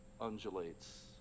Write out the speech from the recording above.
undulates